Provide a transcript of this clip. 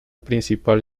principal